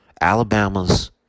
Alabama's